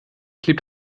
klebt